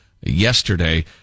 yesterday